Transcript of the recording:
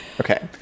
okay